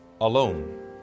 alone